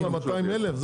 זה